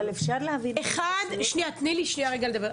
אבל אפשר להבין --- תני לי רגע לדבר.